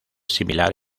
similar